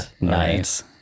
Nice